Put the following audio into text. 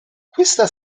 questa